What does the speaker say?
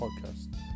Podcast